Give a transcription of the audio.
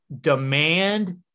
demand